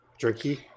Drinky